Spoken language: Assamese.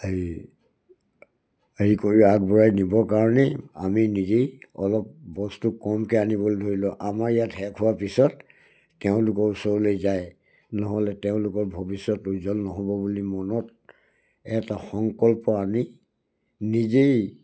হেৰি হেৰি কৰি আগবঢ়াই নিবৰ কাৰণেই আমি নিজেই অলপ বস্তু কমকৈ আনিবলৈ ধৰিলোঁ আমাৰ ইয়াত শেষ হোৱাৰ পিছত তেওঁলোকৰ ওচৰলৈ যায় নহ'লে তেওঁলোকৰ ভৱিষ্যত উজ্জ্বল নহ'ব বুলি মনত এটা সংকল্প আনি নিজেই